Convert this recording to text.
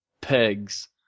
Pegs